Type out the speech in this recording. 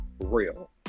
real